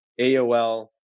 AOL